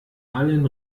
allen